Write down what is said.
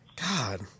God